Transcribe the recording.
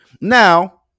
now